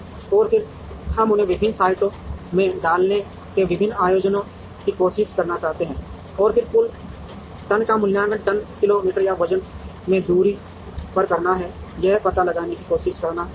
और फिर हम उन्हें विभिन्न साइटों में डालने के विभिन्न संयोजनों की कोशिश करना चाहते हैं और फिर कुल टन का मूल्यांकन टन किलो मीटर या वजन में दूरी पर करना और यह पता लगाने की कोशिश करना है जो सबसे अच्छा है